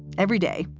every day,